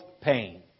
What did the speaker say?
pain